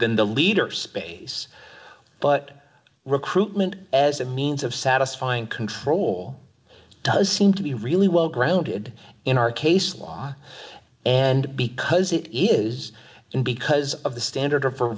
in the leader space but recruitment as a means of satisfying control does seem to be really well grounded in our case law and because it is and because of the standard or f